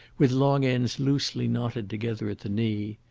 with long ends loosely knotted together at the knee.